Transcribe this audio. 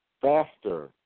faster